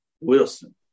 Wilson